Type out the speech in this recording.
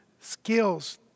skills